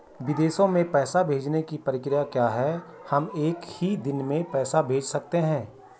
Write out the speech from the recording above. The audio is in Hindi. विदेशों में पैसे भेजने की प्रक्रिया क्या है हम एक ही दिन में पैसे भेज सकते हैं?